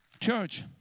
Church